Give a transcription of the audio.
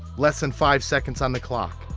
less than five seconds on the clock,